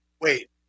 Wait